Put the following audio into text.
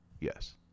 yes